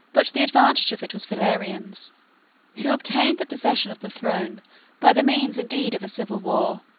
but the advantage of it was valerian's who obtained the possession of the throne by the means indeed of a civil war,